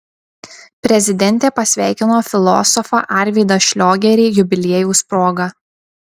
prezidentė pasveikino filosofą arvydą šliogerį jubiliejaus proga